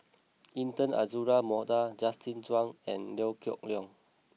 Intan Azura Mokhtar Justin Zhuang and Liew Geok Leong